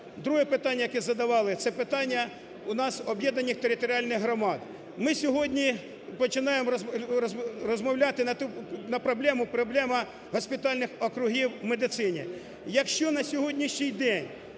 Друге питання, яке задавали, це питання у нас об'єднаних територіальних громад. Ми сьогодні починаємо розмовляти на проблему, проблема госпітальних округів в медицині. Якщо на сьогоднішній день